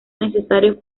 necesarios